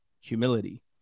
humility